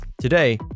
Today